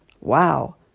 Wow